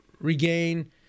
regain